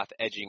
edging